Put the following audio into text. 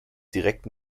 direkt